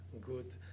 good